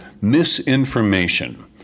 misinformation